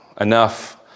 enough